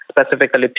Specifically